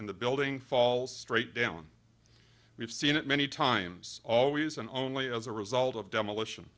and the building falls straight down we've seen it many times always and only as a result of demolition